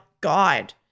guide